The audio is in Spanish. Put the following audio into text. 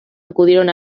acudieron